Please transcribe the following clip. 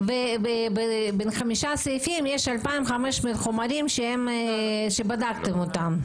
בחמישה סעיפים יש 2,500 חומרים שבדקתם אותם.